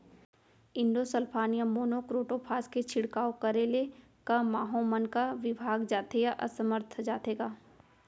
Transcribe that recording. Endosulfan या monocrotophos के छिड़काव करे ले क माहो मन का विभाग जाथे या असमर्थ जाथे का?